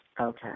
Okay